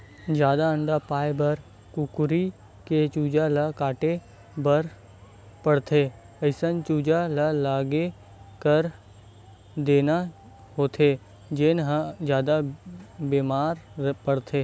जादा अंडा पाए बर कुकरी के चूजा ल छांटे बर परथे, अइसन चूजा ल अलगे कर देना होथे जेन ह जादा बेमार परथे